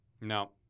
No